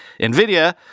NVIDIA